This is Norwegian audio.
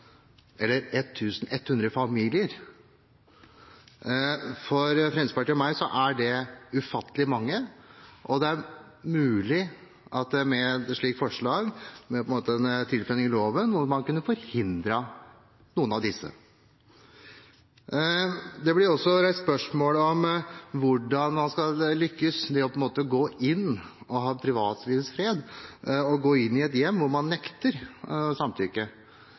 eller 1 100 familier. For Fremskrittspartiet og meg er det ufattelig mange, og det er mulig at man med et slikt forslag, med en tilføyning i loven, kunne forhindret noen av disse. Det blir også reist spørsmål om hvordan man skal lykkes med å gå inn i et hjem hvor man nekter samtykke, jf. privatlivets fred. Her snakker vi om en gyllen middelvei. Det er jo det som skjer i dag hvis man nekter,